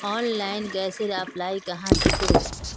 Online गैसेर apply कहाँ से करूम?